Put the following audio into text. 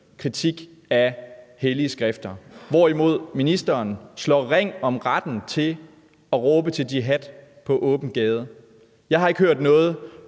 kritik af hellige skrifter, hvorimod ministeren slår ring om retten til at råbe til jihad på åben gade. Jeg har ikke hørt noget